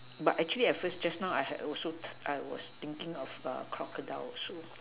but actually at first just now I also I was thinking of crocodile also